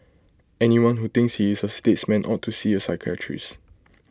anyone who thinks he is A statesman ought to see A psychiatrist